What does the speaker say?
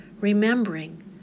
remembering